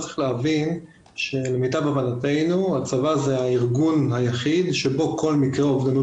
צריך להבין שלמיטב הבנתנו הצבא הוא הארגון היחיד שבו כל מקרה אובדנות